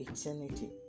eternity